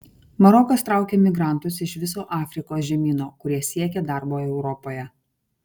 marokas traukia migrantus iš viso afrikos žemyno kurie siekia darbo europoje